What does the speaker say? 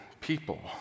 people